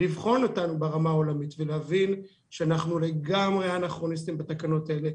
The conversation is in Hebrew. לבחון אותנו ברמה העולמית ולהבין שאנחנו לגמרי אנכרוניסטים בתקנות האלה.